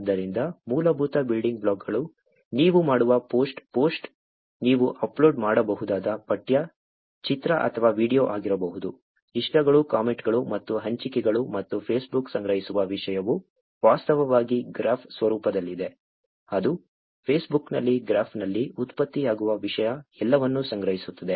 ಆದ್ದರಿಂದ ಮೂಲಭೂತ ಬಿಲ್ಡಿಂಗ್ ಬ್ಲಾಕ್ಗಳು ನೀವು ಮಾಡುವ ಪೋಸ್ಟ್ ಪೋಸ್ಟ್ ನೀವು ಅಪ್ಲೋಡ್ ಮಾಡಬಹುದಾದ ಪಠ್ಯ ಚಿತ್ರ ಅಥವಾ ವೀಡಿಯೊ ಆಗಿರಬಹುದು ಇಷ್ಟಗಳು ಕಾಮೆಂಟ್ಗಳು ಮತ್ತು ಹಂಚಿಕೆಗಳು ಮತ್ತು ಫೇಸ್ಬುಕ್ ಸಂಗ್ರಹಿಸುವ ವಿಷಯವು ವಾಸ್ತವವಾಗಿ ಗ್ರಾಫ್ ಸ್ವರೂಪದಲ್ಲಿದೆ ಅದು ಫೇಸ್ಬುಕ್ನಲ್ಲಿ ಗ್ರಾಫ್ನಲ್ಲಿ ಉತ್ಪತ್ತಿಯಾಗುವ ವಿಷಯ ಎಲ್ಲವನ್ನೂ ಸಂಗ್ರಹಿಸುತ್ತದೆ